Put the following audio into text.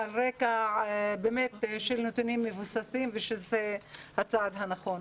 על רקע של נתונים מבוססים ושזה הצעד הנכון.